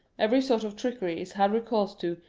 every sort of trickery is had recourse to,